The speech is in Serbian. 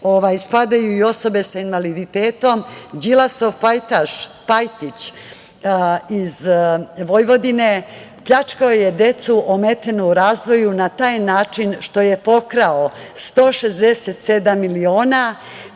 spadaju i osobe sa invaliditetom. Đilasov pajtaš Pajtić iz Vojvodine pljačkao je decu ometenu u razvoju na taj način što je pokrao 167 miliona,